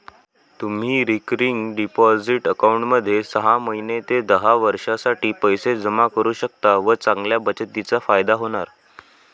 तुम्ही recurring deposit अकाउंटमध्ये सहा महिने ते दहा वर्षांसाठी पैसे जमा करू शकता व चांगल्या बचतीचा फायदा होणार